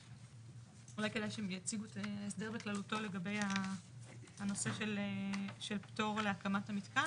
אולי כדאי שהם יציגו את ההסדר בכללותו לגבי הנושא של פטור להקמת המתקן.